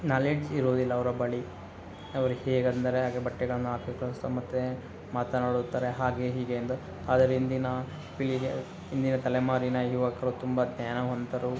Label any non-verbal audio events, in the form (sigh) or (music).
knowledge ಇರೋದಿಲ್ಲ ಅವರ ಬಳಿ ಅವ್ರು ಹೇಗಂದರೆ ಹಾಗೆ ಬಟ್ಟೆಗಳನ್ನು ಹಾಕಿ (unintelligible) ಮತ್ತು ಮಾತನಾಡುತ್ತಾರೆ ಹಾಗೆ ಹೀಗೆ ಎಂದು ಆದರೆ ಇಂದಿನ ಪೀಳಿಗೆ ಇಂದಿನ ತಲೆಮಾರಿನ ಯುವಕರು ತುಂಬ ಜ್ಞಾನವಂತರು